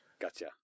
Gotcha